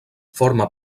forma